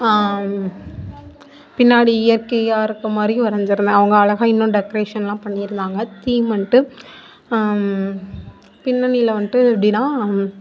பின்னாடி இயற்கையாக இருக்க மாதிரி வரைஞ்சுருந்தேன் அவங்க அழகாக இன்னும் டெகரேஷன்லாம் பண்ணியிருந்தாங்க தீம்னுட்டு பின்னணியில் வந்துட்டு எப்படின்னா